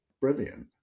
brilliant